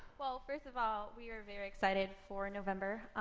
well, first of all, we are very excited for november.